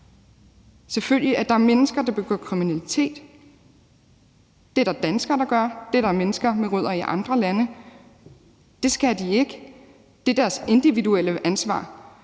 Selvfølgelig er der mennesker, der begår kriminalitet. Det er der danskere der gør. Det er der mennesker med rødder i andre lande der gør. Det skal de ikke. Det er deres individuelle ansvar.